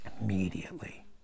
Immediately